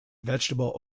vegetable